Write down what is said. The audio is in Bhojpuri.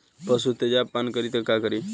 पशु तेजाब पान करी त का करी?